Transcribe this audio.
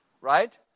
Right